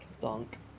bunk